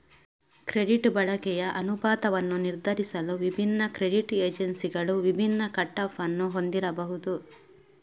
credit ಬಳಕೆಯ ಅನುಪಾತವನ್ನು ನಿರ್ಧರಿಸಲು ವಿಭಿನ್ನ ಕ್ರೆಡಿಟ್ ಏಜೆನ್ಸಿಗಳು ವಿಭಿನ್ನ ಕಟ್ ಆಫ್ ಅನ್ನು ಹೊಂದಿರಬಹುದು